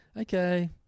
Okay